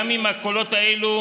גם אם הקולות האלו